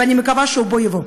ואני מקווה שהוא בוא יבוא.